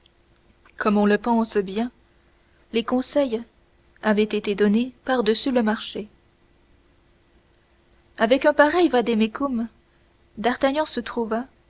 comme on le pense bien les conseils avaient été donnés par-dessus le marché avec un pareil vade mecum d'artagnan se trouva